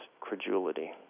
credulity